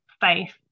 faith